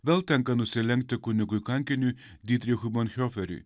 vėl tenka nusilenkti kunigui kankiniui ditrichui manhioferiui